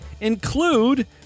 include